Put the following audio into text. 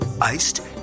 iced